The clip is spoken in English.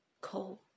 cold